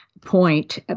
Point